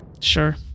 Sure